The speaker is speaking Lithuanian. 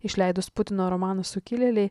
išleidus putino romaną sukilėliai